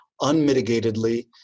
unmitigatedly